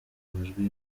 amajwi